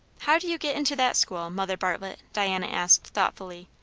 how do you get into that school, mother bartlett? diana asked thoughtfully,